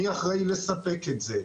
מי אחראי לספק את זה?